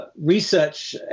research